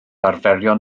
arferion